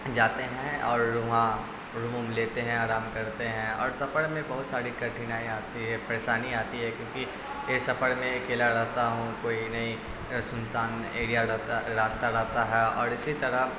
جاتے ہیں اور وہاں روم ووم لیتے ہیں آرام کرتے ہیں اور سفر میں بہت ساری کٹھنائی آتی ہے پریشانی آتی ہے کیونکہ یہ سفر میں اکیلا رہتا ہوں کوئی نہیں یا سنسان ایریا رہتا راستہ رہتا ہے اور اسی طرح